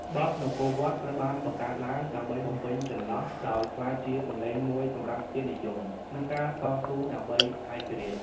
បទ នគរវត្ត ត្រូវបានបង្កើតឡើងដើម្បីបំពេញចន្លោះ ដោយក្លាយជាសំឡេងមួយសម្រាប់ជាតិនិយម និងការតស៊ូដើម្បីឯករាជ្យ។